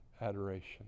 adoration